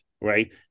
right